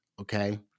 okay